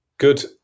good